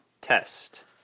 Test